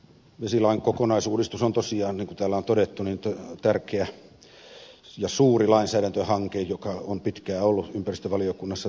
vesilain kokonaisuudistus on tosiaan niin kuin täällä on todettu tärkeä ja suuri lainsäädäntöhanke joka on pitkään ollut ympäristövaliokunnassa työn alla